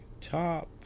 top